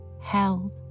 held